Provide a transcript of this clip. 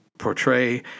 portray